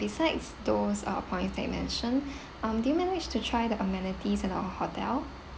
besides those uh points that you mentioned um do you manage to try the amenities in our hotel